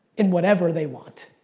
in whatever they want.